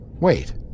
wait-